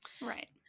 Right